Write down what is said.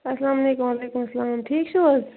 اسلامُ علیکُم وعلیکُم سلام ٹھیٖک چھِو حظ